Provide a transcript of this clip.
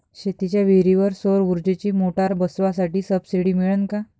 शेतीच्या विहीरीवर सौर ऊर्जेची मोटार बसवासाठी सबसीडी मिळन का?